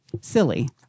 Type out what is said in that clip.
silly